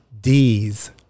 D's